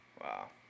Wow